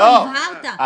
הבהרת.